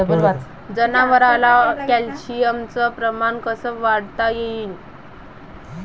जनावरात कॅल्शियमचं प्रमान कस वाढवता येईन?